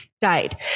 died